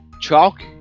chalk